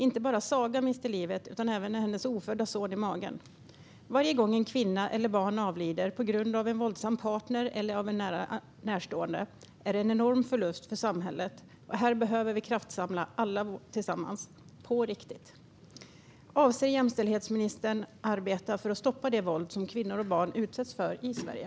Inte bara Saga miste livet utan även hennes ofödda son i magen. Varje gång en kvinna eller ett barn avlider på grund av en våldsam partner eller en närstående är det en enorm förlust för samhället. Här behöver vi kraftsamla på riktigt, alla tillsammans. Avser jämställdhetsministern att arbeta för att stoppa det våld som kvinnor och barn utsätts för i Sverige?